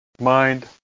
mind